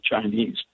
Chinese